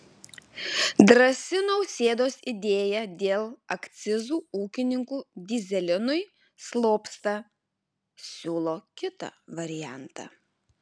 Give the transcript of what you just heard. drąsi nausėdos idėja dėl akcizų ūkininkų dyzelinui slopsta siūlo kitą variantą